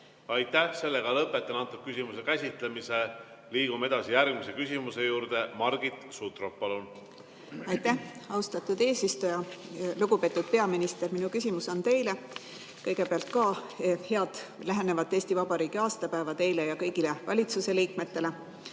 Aitäh! Lõpetan selle küsimuse käsitlemise. Liigume edasi järgmise küsimuse juurde. Margit Sutrop, palun! Aitäh, austatud eesistuja! Lugupeetud peaminister, minu küsimus on teile. Kõigepealt ka head lähenevat Eesti Vabariigi aastapäeva teile ja kõigile valitsuse liikmetele!